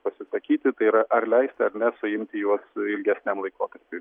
pasisakyti tai yra ar leisti ar ne suimti juos ilgesniam laikotarpiui